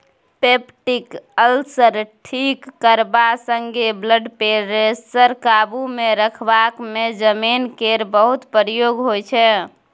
peptic ulcer ठीक करबा संगे ब्लडप्रेशर काबुमे रखबाक मे जमैन केर बहुत प्रयोग होइ छै